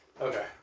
Okay